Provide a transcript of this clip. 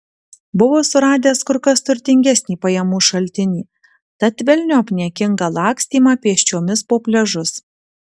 buvo suradęs kur kas turtingesnį pajamų šaltinį tad velniop niekingą lakstymą pėsčiomis po pliažus